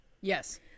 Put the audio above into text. Yes